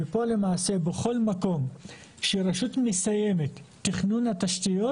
בכל מקום שרשות מסיימת תכנון התשתיות